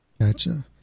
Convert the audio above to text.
Gotcha